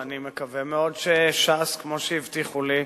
אני מקווה מאוד שש"ס, כמו שהבטיחו לי,